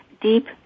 deep